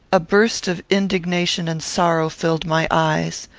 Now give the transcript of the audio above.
a burst of indignation and sorrow filled my eyes.